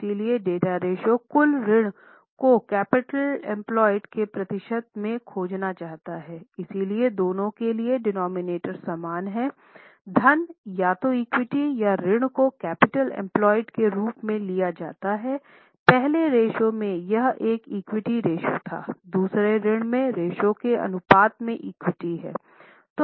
इसलिए डेब्ट रेश्यो कुल ऋण को कैपिटल एम्प्लॉयड के रूप में लिया जाता है पहले रेश्यो में यह एक इक्विटी रेश्यो था दूसरा ऋण के रेश्यो के अनुपात में इक्विटी है